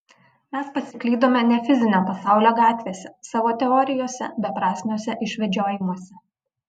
mes pasiklydome ne fizinio pasaulio gatvėse savo teorijose beprasmiuose išvedžiojimuose